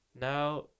now